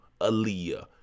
Aaliyah